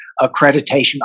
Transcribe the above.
accreditation